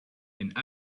and